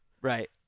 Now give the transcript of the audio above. Right